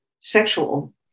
sexual